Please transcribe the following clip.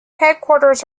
headquarters